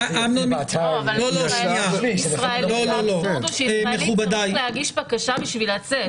האבסורד הוא שישראלי צריך להגיש בקשה כדי לצאת.